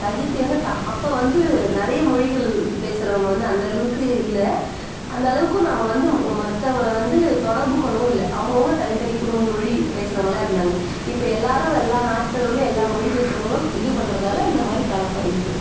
தனித்து இயங்கு த அப்போ வந்து நிறைய மொழிகள் பேசுகிறவங்க வந்து அந்த அளவுக்கு இல்லை அந்த அளவுக்கும் நம்ம வந்து மற்றவங்கள வந்து தொடர்புக்கொள்ளவும் இல்லை அவுங்கவங்க தனித்தனி குடும்ப மொழி பேசுகிறவங்களா இருந்தாங்க இப்போ எல்லாேரும் எல்லா நாட்டவர்களும் எல்லா மொழி பேசுகிறவங்களும் இது பண்ணுறதால இந்தமாதிரி கலப்பாகி விட்டது